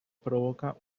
provoca